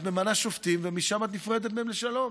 את ממנה שופטים ומשם את נפרדת מהם לשלום.